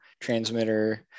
transmitter